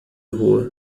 rua